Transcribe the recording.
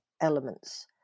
elements